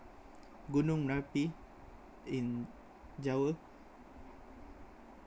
gunung merapi in jawa